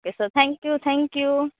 okay sir tank you thank you